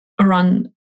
run